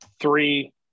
Three